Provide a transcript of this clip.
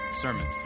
Sermon